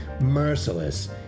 merciless